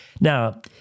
Now